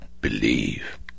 believe